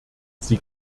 sie